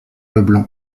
leblanc